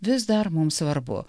vis dar mums svarbu